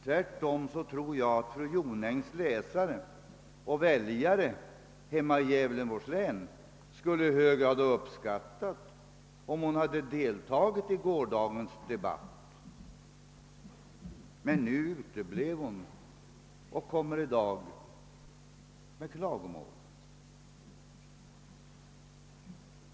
Tvärtom tror jag att fru Jonängs läsare och väljare i Gävleborgs län skulle i hög grad ha uppskattat om hon hade deltagit i gårdagens debatt. Hon uteblev emellertid och kommer i dag med klagomål.